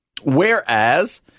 Whereas